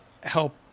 help